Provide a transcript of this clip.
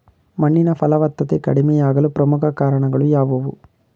ಮಣ್ಣಿನ ಫಲವತ್ತತೆ ಕಡಿಮೆಯಾಗಲು ಪ್ರಮುಖ ಕಾರಣಗಳು ಯಾವುವು?